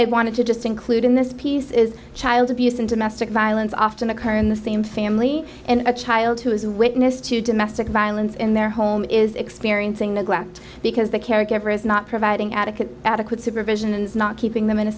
i wanted to just include in this piece is child abuse and domestic violence often occur in the same family and a child who is witness to domestic violence in their home is experiencing neglect because the caregiver is not providing adequate adequate supervision and is not keeping them in a